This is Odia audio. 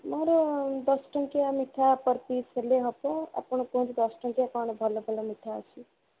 ମୋର ଦଶ ଟଙ୍କିଆ ମିଠା ପର୍ ପିସ୍ ହେଲେ ହେବ ଆପଣ କୁହନ୍ତୁ ଦଶ ଟଙ୍କିଆ କ'ଣ ଭଲ ଭଲ ମିଠା ଅଛି